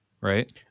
right